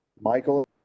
Michael